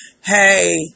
hey